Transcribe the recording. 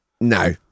No